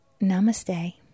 Namaste